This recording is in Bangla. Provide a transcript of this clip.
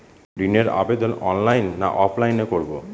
ঋণের আবেদন অনলাইন না অফলাইনে করব?